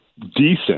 decent